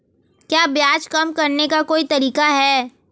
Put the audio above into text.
क्या ब्याज कम करने का कोई तरीका है?